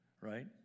right